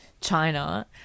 China